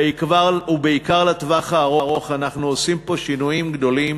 ובעיקר לטווח הארוך אנחנו עושים פה שינויים גדולים,